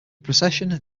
procession